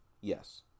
Yes